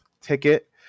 ticket